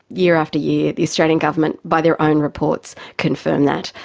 year after year, the australian government by their own reports confirm that.